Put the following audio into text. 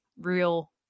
real